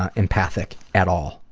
ah empathic at all.